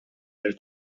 lil